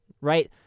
right